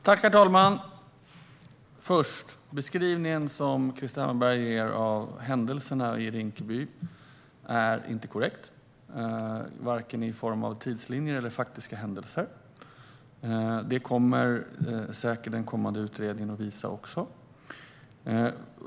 Herr talman! Först: Beskrivningen som Krister Hammarbergh ger av händelserna i Rinkeby är inte korrekt - varken i form av tidslinjer eller faktiska händelser. Det kommer säkert den kommande utredningen att visa också.